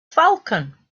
falcon